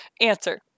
Answer